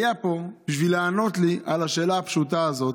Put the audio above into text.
היה פה בשביל לענות לי על השאלה הפשוטה הזו: